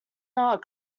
not